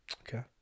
Okay